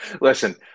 Listen